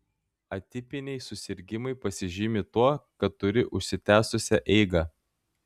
atipiniai susirgimai pasižymi tuo kad turi užsitęsusią eigą